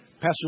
Pastor